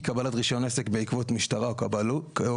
קבלת רישיון עסק בעקבות משטרה או כבאות,